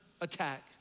attack